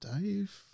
Dave